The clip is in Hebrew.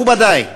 מכובדי,